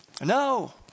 No